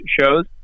shows